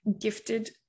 gifted